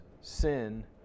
sin